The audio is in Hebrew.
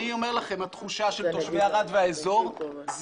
אני אומר לכם, התחושה של תושבי ערד והאזור זה